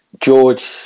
George